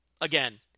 again